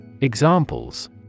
Examples